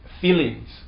feelings